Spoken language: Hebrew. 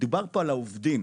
דובר פה על העובדים,